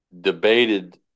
debated